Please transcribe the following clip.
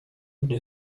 nie